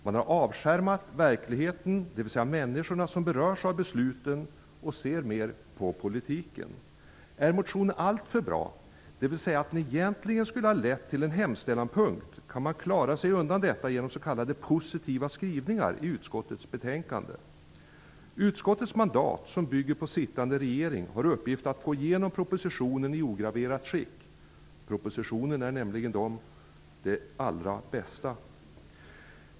Man har avskärmat verkligheten, dvs. de människor som berörs av besluten, och ser mera till politiken. Är motionen alltför bra -- dvs. den skulle egentligen ha lett till en hemställanpunkt -- kan man klara sig undan detta genom s.k. positiva skrivningar i utskottets betänkande. Utskottets mandat, som bygger på sittande regering, har i uppgift att få igenom propositionen i ograverat skick. Propositionen är nämligen det allra bästa!